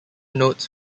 notes